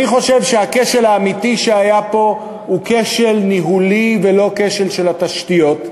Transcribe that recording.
אני חושב שהכשל האמיתי שהיה פה הוא כשל ניהולי ולא כשל של התשתיות,